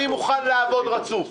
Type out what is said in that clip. אני מוכן לעבוד באופן רצוף,